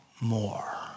more